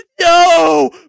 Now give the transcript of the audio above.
no